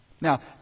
Now